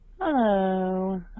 Hello